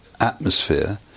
atmosphere